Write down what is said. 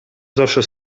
zawsze